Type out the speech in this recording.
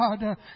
God